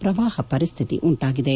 ಪ್ರವಾಹ ಪರಿಸ್ದಿತಿ ಉಂಟಾಗಿದೆ